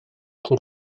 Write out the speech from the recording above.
que